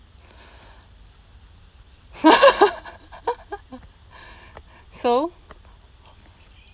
so